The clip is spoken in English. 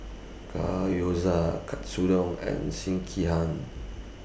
Gyoza Katsudon and Sekihan